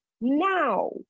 Now